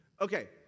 Okay